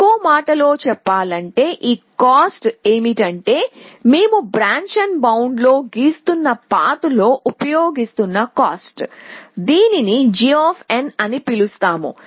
ఇంకోమాటలో చెప్పాలంటే ఈ కాస్ట్ ఏమిటంటే మేము బ్రాంచ్బౌండ్లో గీస్తున్న పాత్ లో ఉపయోగిస్తున్న కాస్ట్ దీనిని g అని పిలుస్తాము